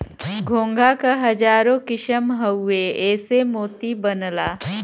घोंघा क हजारो किसम हउवे एसे मोती बनला